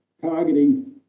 targeting